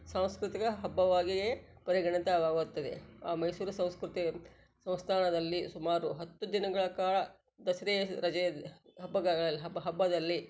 ಸಾಂಸ್ಕೃತಿಕ ಹಬ್ಬವಾಗಿಯೇ ಪರಿಗಣಿತವಾಗುತ್ತದೆ ಆ ಮೈಸೂರು ಸಂಸ್ಕೃತಿ ಸಂಸ್ಥಾನದಲ್ಲಿ ಸುಮಾರು ಹತ್ತು ದಿನಗಳ ಕಾಳ ದಸ್ರಾ ರಜೆಯಲ್ಲಿ ಹಬ್ಬಗಳಲ್ಲಿ ಹಬ್ಬ ಹಬ್ಬದಲ್ಲಿ